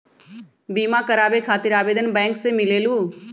बिमा कराबे खातीर आवेदन बैंक से मिलेलु?